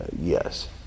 yes